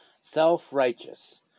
Self-righteous